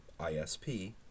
ISP